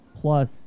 Plus